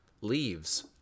Leaves